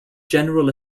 general